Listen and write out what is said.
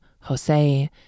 Jose